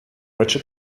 which